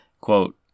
Quote